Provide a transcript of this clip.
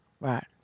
right